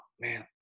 man